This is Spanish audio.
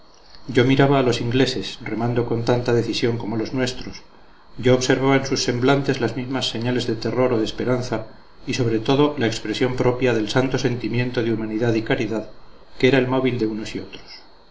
yo miraba a los ingleses remando con tanta decisión como los nuestros yo observaba en sus semblantes las mismas señales de terror o de esperanza y sobre todo la expresión propia del santo sentimiento de humanidad y caridad que era el móvil de unos y otros